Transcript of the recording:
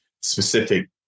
specific